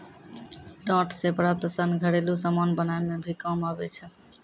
डांट से प्राप्त सन घरेलु समान बनाय मे भी काम आबै छै